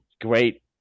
Great